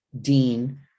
Dean